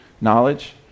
knowledge